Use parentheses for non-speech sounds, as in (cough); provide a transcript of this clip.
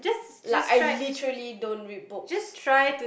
like I literally don't read books (breath)